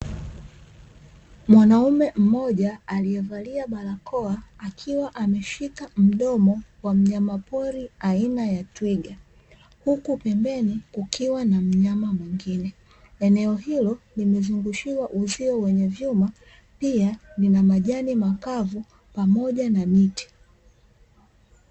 Mwanaume mmoja aliyevalia barakoa, akiwa ameshika mdomo wa mnyamapori aina ya twiga, huku pembeni kukiwa na mnyama mwingine, eneo hilo limezungushiwa uzio wenye vyuma, pia lina majani makavu pamoja na miti.